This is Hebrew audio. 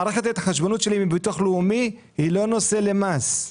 מערכת ההתחשבנות שלי עם הביטוח הלאומי היא לא נושא למס.